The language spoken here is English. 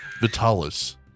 Vitalis